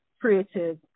creative